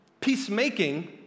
Peacemaking